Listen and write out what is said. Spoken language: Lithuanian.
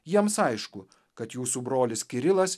jiems aišku kad jūsų brolis kirilas